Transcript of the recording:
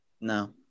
No